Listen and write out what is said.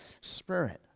Spirit